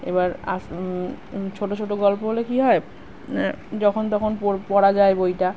এবার আস ছোট ছোট গল্প হলে কী হয় যখন তখন পড় পড়া যায় বইটা